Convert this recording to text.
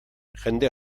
jende